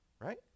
right